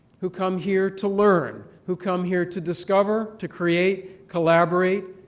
who come here to learn, who come here to discover, to create, collaborate,